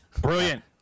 Brilliant